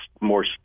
more